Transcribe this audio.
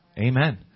amen